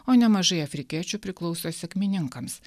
o nemažai afrikiečių priklauso sekmininkams